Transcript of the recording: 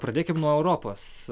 pradėkim nuo europos